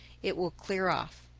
it will clear off.